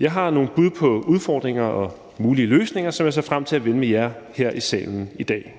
Jeg har nogle bud på udfordringer og mulige løsninger, som jeg ser frem til at vende med jer her i salen i dag.